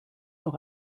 noch